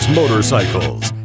motorcycles